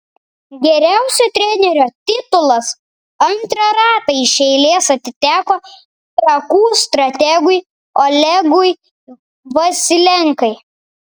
geriausio trenerio titulas antrą ratą iš eilės atiteko trakų strategui olegui vasilenkai